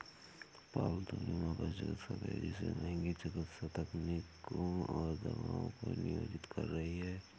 पालतू बीमा पशु चिकित्सा तेजी से महंगी चिकित्सा तकनीकों और दवाओं को नियोजित कर रही है